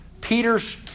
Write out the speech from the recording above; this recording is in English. Peter's